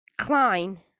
klein